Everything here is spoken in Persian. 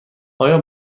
آیا